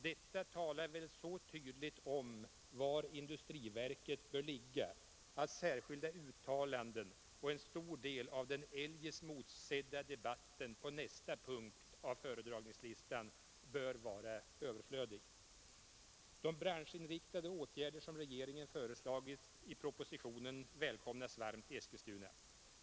Detta talar väl så tydligt om var industriverket bör ligga, varför en stor del av den eljest motsedda debatten på nästa punkt av kammarens föredragningslista bör vara överflödig. De branschinriktade åtgärder som regeringen föreslagit i propositionen välkomnas varmt i Eskilstuna.